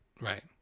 Right